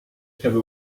have